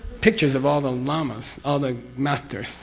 pictures of all the lamas, all the masters.